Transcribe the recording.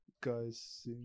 guys